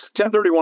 1031